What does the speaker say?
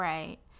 Right